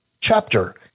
chapter